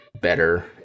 better